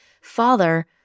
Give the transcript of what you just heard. Father